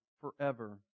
forever